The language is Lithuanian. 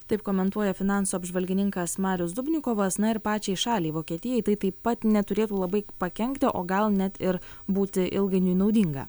taip komentuoja finansų apžvalgininkas marius dubnikovas na ir pačiai šaliai vokietijai tai taip pat neturėtų labai pakenkti o gal net ir būti ilgainiui naudinga